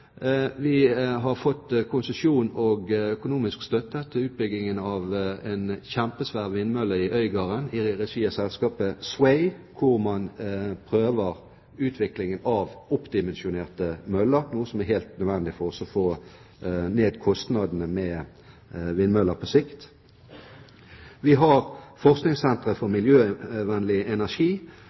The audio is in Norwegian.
SWAY har fått konsesjon og økonomisk støtte til utbygging av en kjempestor vindmølle i Øygarden, hvor man prøver ut oppdimensjonerte vindmøller, noe som er helt nødvendig for å få ned kostnadene med vindmøller på sikt. Vi har forskningssentre for miljøvennlig energi.